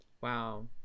Wow